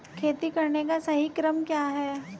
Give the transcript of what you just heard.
खेती करने का सही क्रम क्या है?